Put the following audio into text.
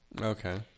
Okay